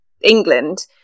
England